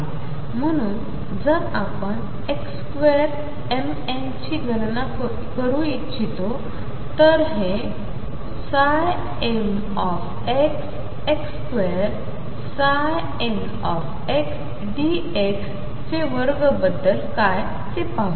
म्हणून जर आपण xmn2 ची गणना करू इच्छितो तर हे mxx2ndx चे वर्ग बद्दल काय ते पाहू